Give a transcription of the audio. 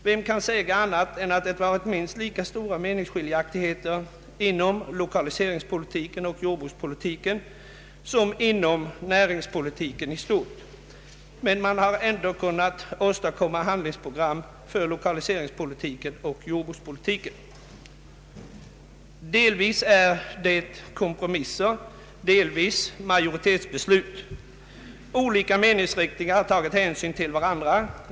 Vem kan säga annat än att det varit minst lika stora meningsskiljaktigheter inom lokaliseringspolitiken och jordbrukspolitiken som inom näringspolitiken i stort? Men man har ändå kunnat åstadkomma handlingsprogram för lokaliseringspolitiken och jordbrukspolitiken. Delvis är det kompromisser — delvis majoritetsbeslut. Olika meningsriktningar har tagit hänsyn till varandra.